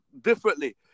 differently